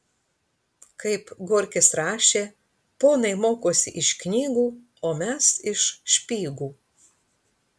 kaip gorkis rašė ponai mokosi iš knygų o mes iš špygų